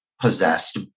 possessed